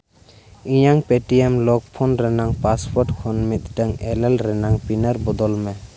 ᱤᱧᱟᱹᱜ Paytm lock phone ᱨᱮᱱᱟᱜ password ᱠᱷᱚᱱ ᱢᱤᱫᱴᱟᱝ ᱮᱞᱮᱞ ᱨᱮᱱᱟᱜ ᱯᱤᱱᱟᱨ ᱵᱚᱫᱚᱞ ᱢᱮ